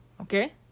okay